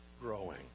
growing